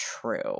true